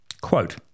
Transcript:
Quote